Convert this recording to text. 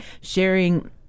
sharing